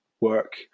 work